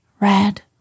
red